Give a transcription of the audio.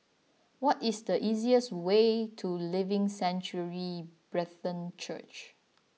what is the easiest way to Living Sanctuary Brethren Church